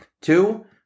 two